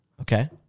okay